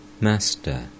Master